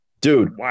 Dude